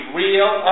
real